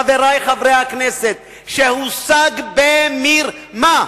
חברי חברי הכנסת: שהושג במרמה.